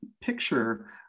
picture